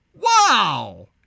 wow